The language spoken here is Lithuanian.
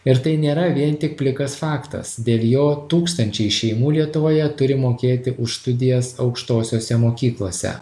ir tai nėra vien tik plikas faktas dėl jo tūkstančiai šeimų lietuvoje turi mokėti už studijas aukštosiose mokyklose